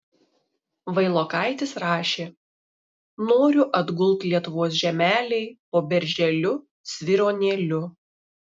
vailokaitis rašė noriu atgult lietuvos žemelėj po berželiu svyruonėliu